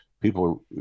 people